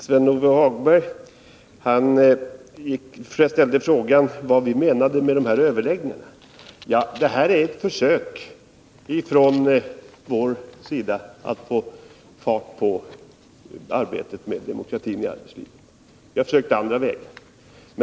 Fru talman! Lars-Ove Hagberg frågade vad vi menade med dessa överläggningar. Ja, de utgör ett försök från vår sida att få fart på arbetet med demokratin i arbetslivet. Vi har också försökt andra vägar.